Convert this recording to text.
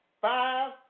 Five